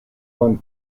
one